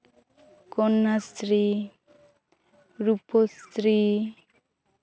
ᱠᱚᱱᱱᱟᱥᱤᱨᱤ ᱨᱚᱯᱚᱥᱨᱤ